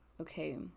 okay